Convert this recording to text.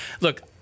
Look